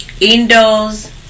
Indoors